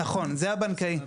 נכון, זה הבנקאי.